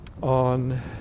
on